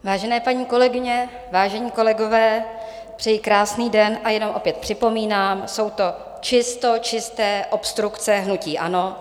Vážené paní kolegyně, vážení kolegové, přeji krásný den, a jenom opět připomínám, jsou to čistočisté obstrukce hnutí ANO.